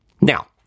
Now